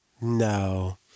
No